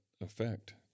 effect